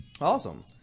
Awesome